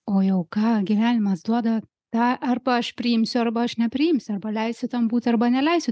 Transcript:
o jau ką gyvenimas duoda tą arba aš priimsiu arba aš nepriimsiu arba leisiu tam būt arba neleisiu